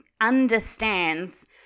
understands